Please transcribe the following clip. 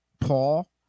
Paul